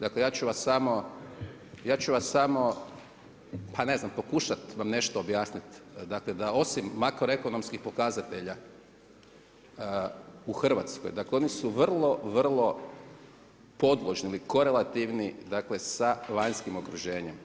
Dakle, ja ću vas samo pa ne znam, pokušat vam nešto objasniti, dakle da osim makroekonomskih pokazatelja u Hrvatskoj, dakle oni su vrlo, vrlo podložni, korelativni sa vanjskim okruženjem.